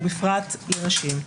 ובפרט לנשים.